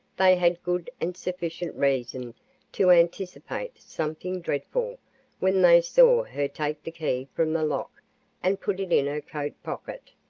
they had good and sufficient reason to anticipate something dreadful when they saw her take the key from the lock and put it in her coat pocket.